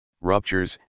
ruptures